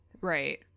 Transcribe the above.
Right